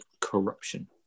corruption